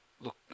Look